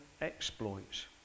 exploits